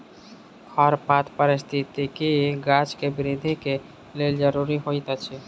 खरपात पारिस्थितिकी गाछ के वृद्धि के लेल ज़रूरी होइत अछि